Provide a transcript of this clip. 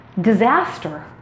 disaster